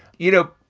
you know,